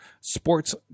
sports